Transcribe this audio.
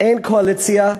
אין קואליציה,